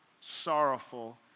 sorrowful